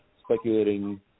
speculating